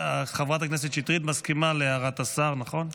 חברת הכנסת שטרית מסכימה להערת השר, נכון?